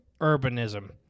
urbanism